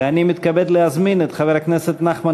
ואני מתכבד להזמין את חבר הכנסת נחמן